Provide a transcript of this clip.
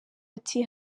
ati